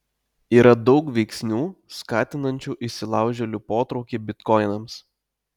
yra daug veiksnių skatinančių įsilaužėlių potraukį bitkoinams